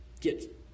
get